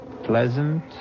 pleasant